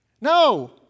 No